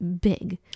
big